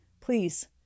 Please